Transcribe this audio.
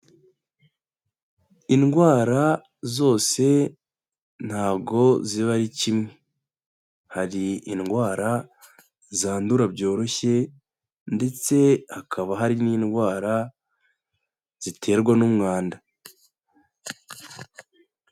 Indwara zose ntago ziba ari kimwe. hari indwara zandura byoroshye ndetse hakaba hari n'indwara ziterwa n'umwanda.